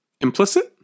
implicit